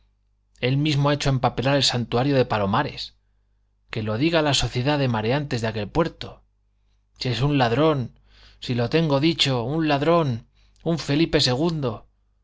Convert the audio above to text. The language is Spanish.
él mismo ha hecho empapelar el santuario de palomares que lo diga la sociedad de mareantes de aquel puerto si es un ladrón si lo tengo dicho un ladrón un felipe segundo